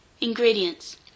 Ingredients